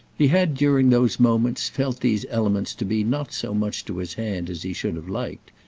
he had during those moments felt these elements to be not so much to his hand as he should have liked,